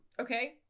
okay